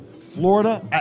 florida